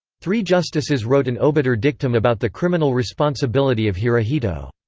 three justices wrote an obiter dictum about the criminal responsibility of hirohito.